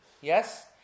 Yes